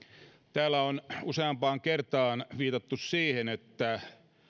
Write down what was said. täällä on useampaan kertaan viitattu siihen että